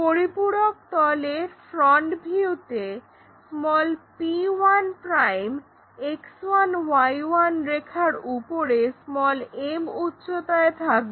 পরিপূরক তলের ফ্রন্ট ভিউতে p1 X1Y1 রেখার উপরে m উচ্চতায় থাকবে